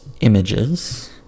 images